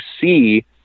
see